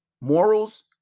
morals